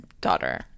daughter